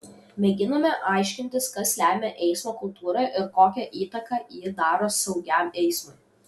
mėginame aiškintis kas lemia eismo kultūrą ir kokią įtaką ji daro saugiam eismui